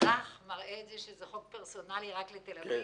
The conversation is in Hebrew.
טראח, מראה את זה שזה חוק פרסונאלי רק לתל אביב?